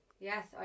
yes